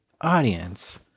audience